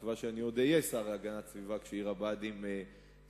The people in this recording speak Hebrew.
בתקווה שאני עוד אהיה השר להגנת הסביבה כשעיר הבה"דים תקום,